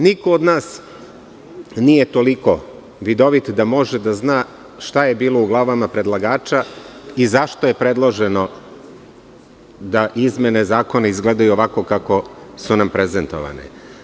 Niko od nas nije toliko vidovit da može da zna šta je bilo u glavama predlagača, i zašto je predloženo da izmene zakona izgledaju ovako kako su nam prezentovane.